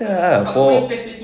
[sial] ah for